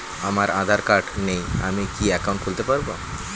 আমার আধার কার্ড নেই আমি কি একাউন্ট খুলতে পারব?